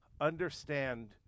understand